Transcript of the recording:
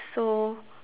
so